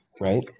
Right